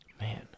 Man